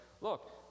look